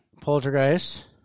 Poltergeist